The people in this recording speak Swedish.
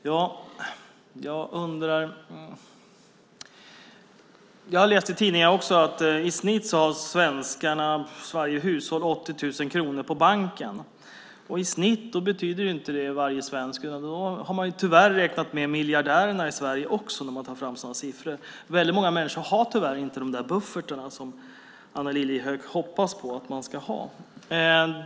Herr talman! Jag har läst i tidningen att i snitt har varje svenskt hushåll 80 000 kronor på banken. "I snitt" betyder inte varje svensk, utan när man tar fram sådana siffror har man tyvärr också räknat med miljardärerna i Sverige. Många människor har tyvärr inte de buffertar som Anna Lilliehöök hoppas på att man ska ha.